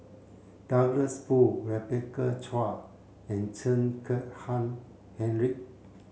Douglas Foo Rebecca Chua and Chen Kezhan Henri